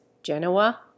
Genoa